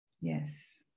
Yes